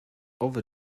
owe